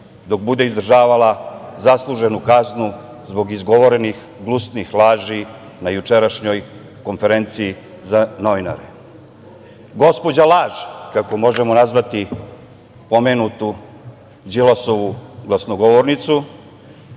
dok bude izdržavala zasluženu kaznu zbog izgovorenih gnusnih laži na jučerašnjoj konferenciji za novinare. Gospođa laž, kako možemo nazvati pomenutu Đilasovu glasnogovornicu,